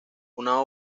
una